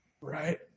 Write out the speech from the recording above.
right